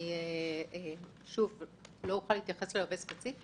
אני לא אוכל להתייחס ללווה ספציפי.